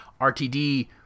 RTD